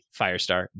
Firestar